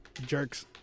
Jerks